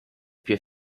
più